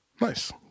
Nice